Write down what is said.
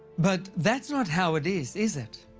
but that's not how it is, is it?